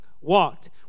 walked